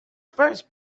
first